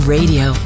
Radio